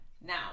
now